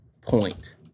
point